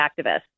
activists